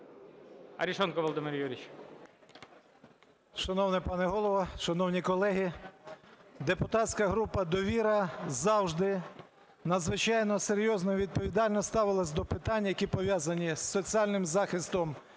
Арешонков Володимир Юрійович.